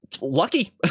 Lucky